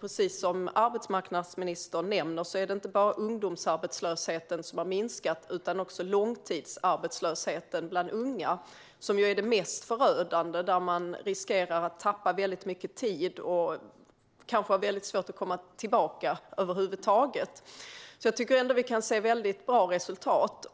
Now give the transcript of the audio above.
Precis som arbetsmarknadsministern nämner är det inte bara ungdomsarbetslösheten som har minskat utan också långtidsarbetslösheten bland unga, som ju är det mest förödande då man riskerar att tappa mycket tid och kanske har svårt att komma tillbaka över huvud taget. Vi kan se bra resultat,